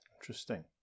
Interesting